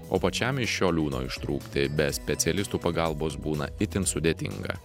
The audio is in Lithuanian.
o pačiam iš šio liūno ištrūkti be specialistų pagalbos būna itin sudėtinga